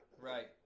Right